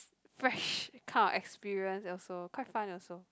fresh kind of experience also quite fun also